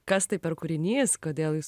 kas tai per kūrinys kodėl jis